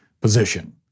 position